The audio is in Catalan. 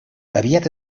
aviat